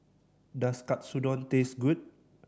does Katsudon taste good